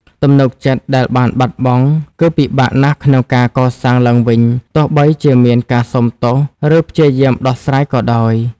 ទំនុកចិត្តដែលបានបាត់បង់ គឺពិបាកណាស់ក្នុងការកសាងឡើងវិញ ទោះបីជាមានការសុំទោស ឬព្យាយាមដោះស្រាយក៏ដោយ។